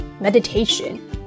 meditation